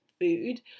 food